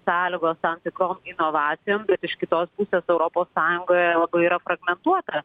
sąlygos tam tikrom inovacijoms bet iš kitos pusės europos sąjungoje yra fragmentuota